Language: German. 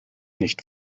nicht